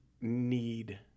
need